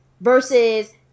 Versus